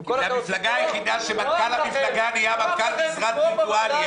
היא המפלגה היחידה שבה מנכ"ל המפלגה הפך להיות מנכ"ל משרד וירטואלי,